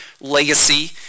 legacy